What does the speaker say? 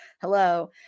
hello